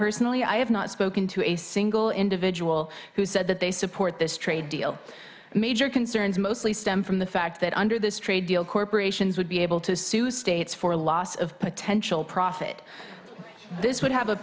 personally i have not spoken to a single individual who said that they support this trade deal major concerns mostly stem from the fact that under this trade deal corporations would be able to sue states for loss of potential profit this would have a